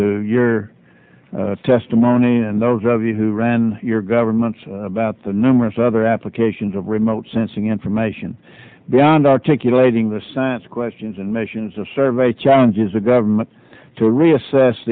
to your testimony and those of you who ran your governments about the numerous other applications of remote sensing information beyond articulating the science questions and missions of survey challenges the government to reassess